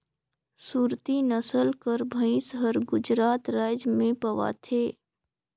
सुरती नसल कर भंइस हर गुजरात राएज में पवाथे